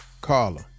Carla